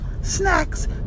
snacks